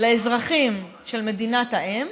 לאזרחים של מדינת האם